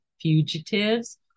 fugitives